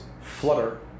flutter